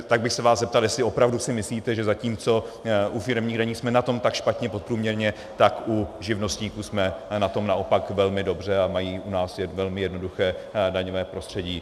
Tak bych se vás zeptal, jestli opravdu si myslíte, že zatímco u firemních daní jsme na tom tak špatně podprůměrně, tak u živnostníků jsme na tom naopak velmi dobře a mají u nás velmi jednoduché daňové prostředí.